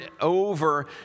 over